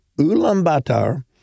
Ulaanbaatar